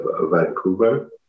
Vancouver